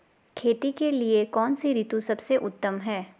खेती के लिए कौन सी ऋतु सबसे उत्तम है?